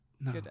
no